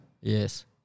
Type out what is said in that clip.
Yes